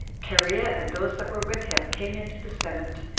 cherea, and those that were with him, came into the senate,